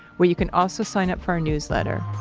where you can also sign up for our newsletter.